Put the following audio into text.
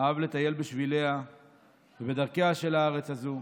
אהב לטייל בשביליה ובדרכיה של הארץ הזו,